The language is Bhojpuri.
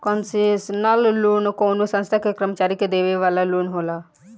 कंसेशनल लोन कवनो संस्था के कर्मचारी के देवे वाला लोन ह